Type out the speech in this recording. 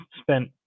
spent